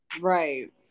right